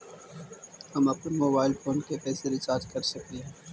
हम अप्पन mobile phone के कैसे रिचार्ज कर सकली हे?